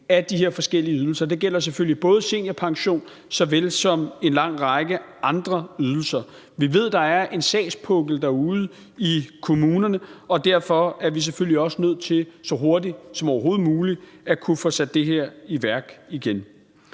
af de her forskellige ydelser, og det gælder selvfølgelig både seniorpension såvel som en lang række andre ydelser. Vi ved, at der er en sagspukkel derude i kommunerne, og derfor er vi selvfølgelig også nødt til så hurtigt som overhovedet muligt at kunne få sat det her i værk igen.